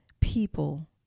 people